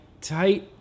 tight